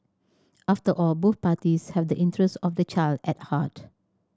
after all both parties have the interest of the child at heart